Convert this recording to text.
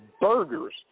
burgers